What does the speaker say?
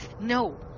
no